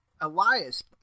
Elias